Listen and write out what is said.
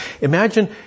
Imagine